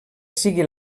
sigui